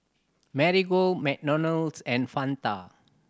Marigold McDonald's and Fanta